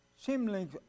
seemingly